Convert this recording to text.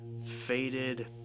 faded